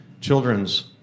children's